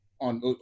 on